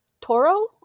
Toro